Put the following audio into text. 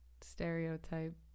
stereotype